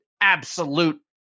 absolute